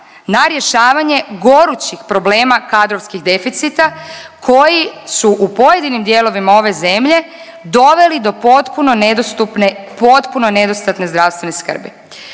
na rješavanje gorućih problema kadrovskih deficita koji su u pojedinim dijelovima ove zemlje doveli do potpuno nedostupne, potpuno